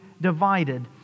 divided